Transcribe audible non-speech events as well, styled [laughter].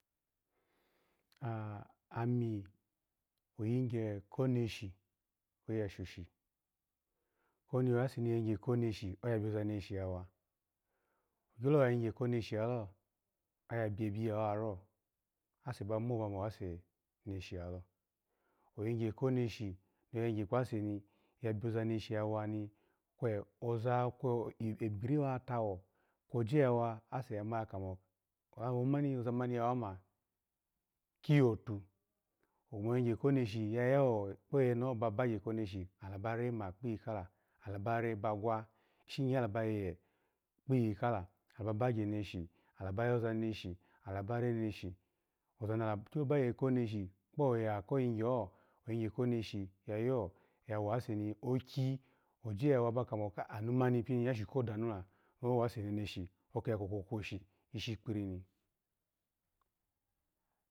[hesitation] ami oyigye ko neshi oya shoshi komi ase ni ya yigyye koneshi oya biyoza neshi ya wa, ogyolo ya yigye koneshi lalo, oya byebi yawa ro, ase bamo, bamowase neshi lalo, oyigye koneshi no ya yigye kpaseni ya biyo zaneshi wani, kwe ozao gbiri ya wa tawo, kwoji yawa ase ya ma kamo, awo mani oza mani ya wama kyiyotu, omo yigye koneshi yayao kpo yeneho ba bagye komeshi alaba rema kpiyi kala, alaba re ba gwa, ishi nye alaba yeye kpiyikala, alaba bigye neshi, alaba yoza meshi, alaba re neneshi, oza ni alagyo bagye koneshi kpoya koyi gyeho, oyigye koneshi ya yo wase ni owiki oje yawa, aba kamo kai anumani pini ashu ko danu ko ni owase nenshi, oki ya kokwokwoshi ishi kpirini